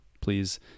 please